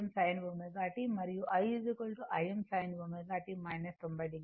ప్రేరక సర్క్యూట్లో V Vm sin ω t మరియు i Im sin ω t 90